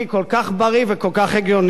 כל כך בריא וכל כך הגיוני,